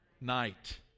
Night